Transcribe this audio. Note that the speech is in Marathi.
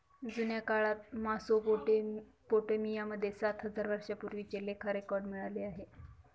जुन्या काळात मेसोपोटामिया मध्ये सात हजार वर्षांपूर्वीचे लेखा रेकॉर्ड मिळाले आहे